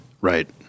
Right